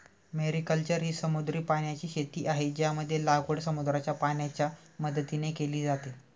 mariculture ही समुद्री पाण्याची शेती आहे, ज्यामध्ये लागवड समुद्राच्या पाण्याच्या मदतीने केली जाते